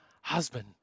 Husband